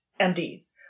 MDs